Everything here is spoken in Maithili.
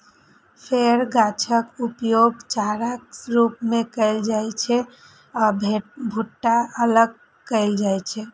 फेर गाछक उपयोग चाराक रूप मे कैल जाइ छै आ भुट्टा अलग कैल जाइ छै